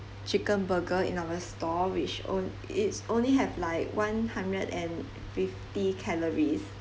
chicken burger in our store which on~ it's only have like one hundred and fifty calories